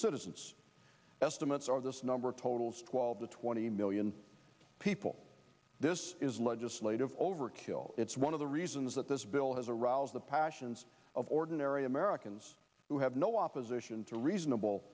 citizens estimates are the number totals twelve to twenty million people this is legislative overkill it's one of the reasons that this bill has aroused the passions of ordinary americans who have no opposition to reasonable